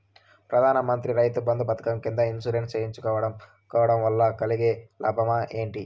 ప్రధాన మంత్రి రైతు బంధు పథకం కింద ఇన్సూరెన్సు చేయించుకోవడం కోవడం వల్ల కలిగే లాభాలు ఏంటి?